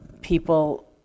people